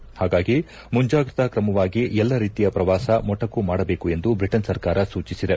ಪಾಗಾಗಿ ಮುಂಜಾಗ್ರತಾ ತ್ರಮವಾಗಿ ಎಲ್ಲ ರೀತಿಯ ಪ್ರವಾಸ ಮೊಟಕು ಮಾಡಬೇಕು ಎಂದು ಬ್ರಿಟನ್ ಸರ್ಕಾರ ಸೂಚಿಸಿದೆ